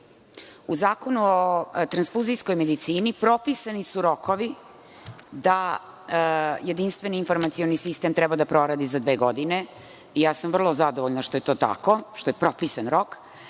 U Zakonu o transfuzijskoj medicini propisani su rokovi da jedinstveni informacioni sistem treba da proradi za dve godine, ja sam vrlo zadovoljna što je to tako, što je propisan rok.